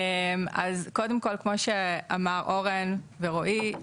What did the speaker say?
אז קודם כל כמו שאמרו אורן ורועי,